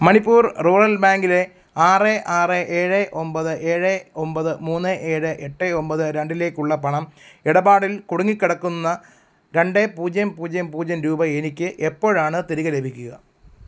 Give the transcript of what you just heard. Manipur rural ബാങ്കിലെ ആറ് ആറ് ഏഴ് ഒമ്പത് ഏഴ് ഒമ്പത് മൂന്ന് ഏഴ് എട്ട് ഒമ്പത് രണ്ടിലേക്കുള്ള പണം ഇടപാടിൽ കുടുങ്ങിക്കിടക്കുന്ന രണ്ട് പൂജ്യം പൂജ്യം പൂജ്യം രൂപ എനിക്ക് എപ്പോഴാണ് തിരികെ ലഭിക്കുക